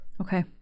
Okay